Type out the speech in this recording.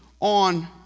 on